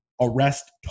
arrest